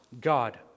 God